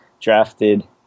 drafted